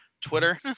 twitter